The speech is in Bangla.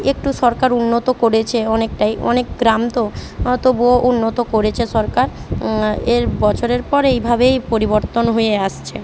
একটু সরকার উন্নত করেছে অনেকটাই অনেক গ্রাম তো তবুও উন্নত করেছে সরকার এর বছরের পর এইভাবেই পরিবর্তন হয়ে আসছে